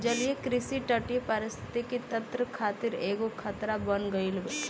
जलीय कृषि तटीय परिस्थितिक तंत्र खातिर एगो खतरा बन गईल बा